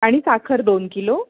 आणि साखर दोन किलो